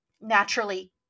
naturally